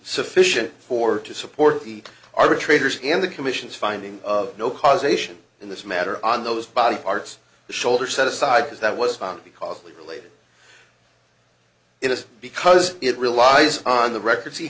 sufficient for to support the arbitrator's and the commission's finding of no causation in this matter on those body parts the shoulder set aside because that was found because of the related illness because it relies on the records he